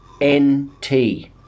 N-T